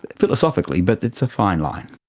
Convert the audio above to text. philosophically, but it's a fine line.